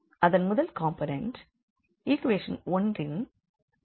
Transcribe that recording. அதன் முதல் component equation 1 ன் இடது கைப்பக்கம் உள்ளதாகும்